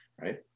right